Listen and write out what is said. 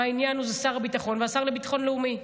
העניין זה שר הביטחון והשר לביטחון לאומי,